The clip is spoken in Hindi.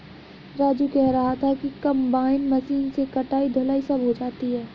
राजू कह रहा था कि कंबाइन मशीन से कटाई धुलाई सब हो जाती है